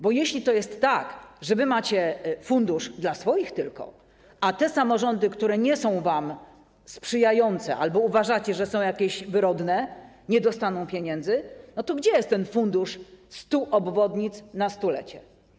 Bo jeśli to jest tak, że macie fundusz tylko dla swoich, a te samorządy, które nie są wam sprzyjające albo uważacie, że są jakieś wyrodne, nie dostaną pieniędzy, to gdzie jest ten fundusz 100 obwodnic na stulecie?